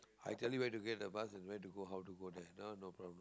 I tell you where to get the bus and where to go how to go there that one no problem